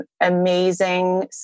amazing